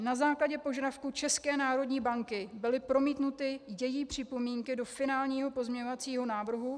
Na základě požadavku České národní banky byly promítnuty její připomínky do finálního pozměňovacího návrhu.